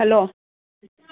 hello